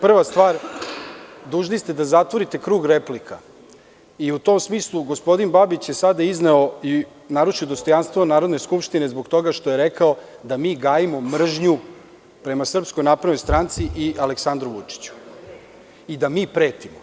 Prva stvar, dužni ste da zatvorite krug replika i u tom smislu gospodin Babić je sada izneo i narušio dostojanstvo Narodne skupštine zbog toga što je rekao da mi gajimo mržnju prema SNS i Aleksandru Vučiću i da mi pretimo.